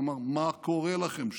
הוא אמר: מה קורה לכם שם?